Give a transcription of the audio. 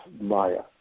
maya